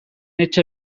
etxe